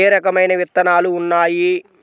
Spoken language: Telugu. ఏ రకమైన విత్తనాలు ఉన్నాయి?